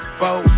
four